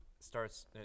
starts